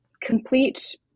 complete